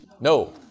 No